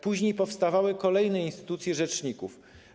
Później powstawały kolejne instytucje rzeczników.